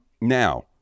Now